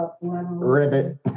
ribbit